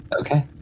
Okay